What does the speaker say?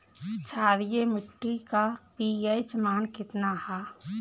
क्षारीय मीट्टी का पी.एच मान कितना ह?